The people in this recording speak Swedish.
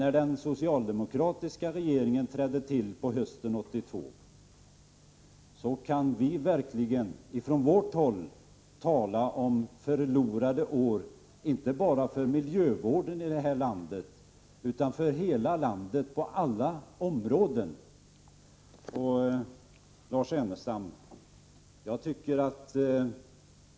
När den socialdemokratiska regeringen trädde till på hösten 1982 kunde vi verkligen tala om förlorade år — inte bara för naturvården i det här landet, utan för hela landet på alla områden. Lars Ernestam!